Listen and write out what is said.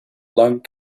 lung